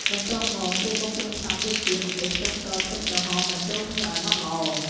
បន្ទាប់មក គេបុកគ្រឿងផ្សំដូចជា ម្ទេស ខ្ទឹមស ខ្ទឹមក្រហម បញ្ចូលគ្នាឱ្យម៉ដ្ឋល្អ។